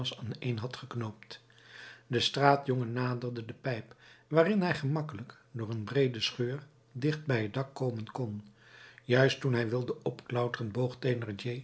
aaneen had geknoopt de straatjongen naderde de pijp waarin hij gemakkelijk door een breede scheur dicht bij het dak komen kon juist toen hij wilde opklauteren boog